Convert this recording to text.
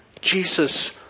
Jesus